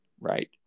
right